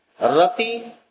rati